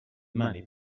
many